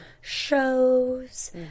shows